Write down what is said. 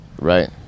Right